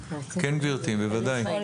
כן גבירתי, בוודאי.